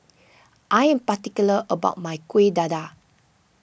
I am particular about my Kueh Dadar